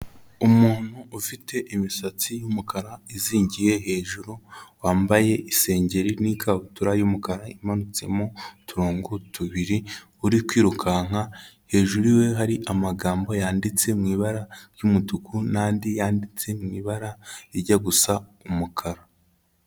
Umuntu ufite imisatsi y'umukara izingiye hejuru, wambaye isengeri n'ikabutura y'umukara imanutsemo uturongo tubiri uri kwirukanka, hejuru yiwe hari amagambo yanditse mu ibara ry'umutuku n'andi yanditse mu ibara rijya gusa umukara.